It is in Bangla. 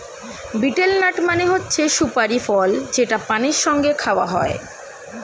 বিটেল নাট মানে হচ্ছে সুপারি ফল যেটা পানের সঙ্গে খাওয়া হয়